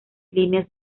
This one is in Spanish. líneas